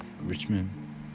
Richmond